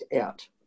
out